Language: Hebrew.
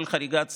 בכל חריגת שכר,